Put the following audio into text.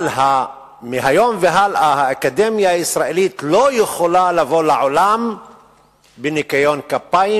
אבל מהיום והלאה האקדמיה הישראלית לא יכולה לבוא לעולם בניקיון כפיים,